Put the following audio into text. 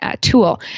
tool